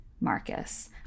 Marcus